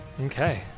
okay